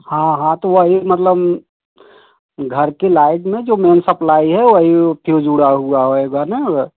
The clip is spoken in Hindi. हाँ हाँ तो वही मतलब घर की लाइट में जो मेन सप्लाई है वही फ्यूज़ उड़ा हुआ होगा ना